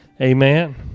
Amen